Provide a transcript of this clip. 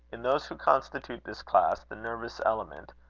in those who constitute this class, the nervous element,